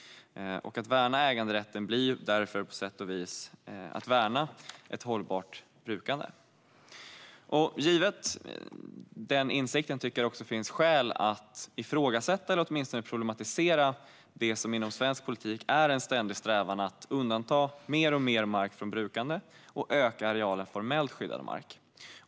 Att värna äganderätten blir därför på sätt och vis att värna ett hållbart brukande. Givet den insikten finns skäl att ifrågasätta, eller åtminstone problematisera, det som inom svensk politik är en ständig strävan, nämligen att undanta mer och mer mark från brukande och öka arealen för formellt skyddad mark.